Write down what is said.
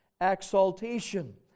exaltation